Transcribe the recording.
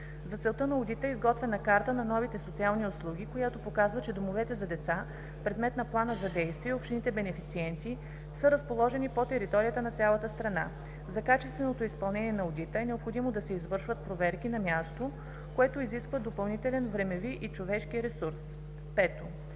За целите на одита е изготвена карта на новите социални услуги, която показва, че домовете за деца, предмет на Плана за действие, и общините-бенефициенти са разположени по територията на цялата страна. За качественото изпълнение на одита е необходимо да се извършат проверки на място, което изисква допълнителен времеви и човешки ресурс. 5.